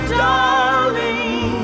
darling